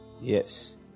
Yes